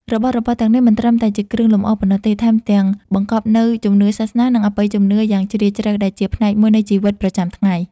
របស់របរទាំងនេះមិនត្រឹមតែជាគ្រឿងលម្អប៉ុណ្ណោះទេ ថែមទាំងបង្កប់នូវជំនឿសាសនា និងអបិយជំនឿយ៉ាងជ្រាលជ្រៅ ដែលជាផ្នែកមួយនៃជីវិតប្រចាំថ្ងៃ។